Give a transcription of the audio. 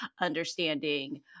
understanding